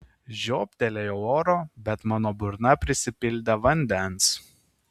žiobtelėjau oro bet mano burna prisipildė vandens